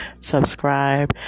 subscribe